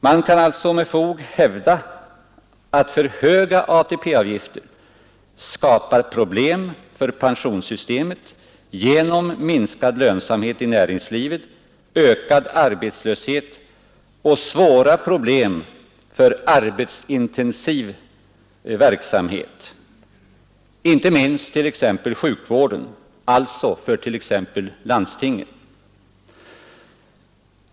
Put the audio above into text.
Man kan alltså med fog hävda att för höga ATP-avgifter skapar problem för pensionssystemet genom minskad lönsamhet i näringslivet, ökad arbetslöshet och svåra problem för arbetskraftsintensiv verksamhet, inte minst inom sjukvården, alltså för t.ex. landstingen.